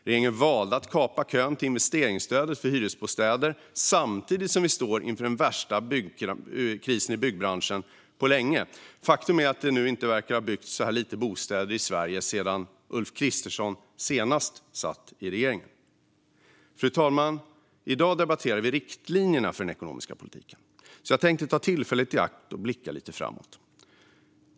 Regeringen valde att kapa kön till investeringsstödet för hyresbostäder samtidigt som vi står inför den värsta krisen i byggbranschen på länge. Faktum är att det nog inte har byggts så här få bostäder i Sverige sedan Ulf Kristersson senast satt i regeringen. Fru talman! I dag debatterar vi riktlinjerna för den ekonomiska politiken, så jag tänker ta tillfället i akt att blicka framåt.